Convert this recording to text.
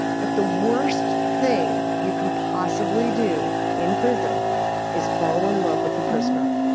but the worst thing you can possibly do in prison is fall in love with a prisoner